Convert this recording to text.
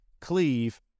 cleave